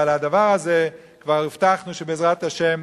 על הדבר הזה כבר הבטחנו שבעזרת השם